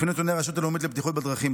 לפי נתוני הרשות הלאומית לבטיחות בדרכים,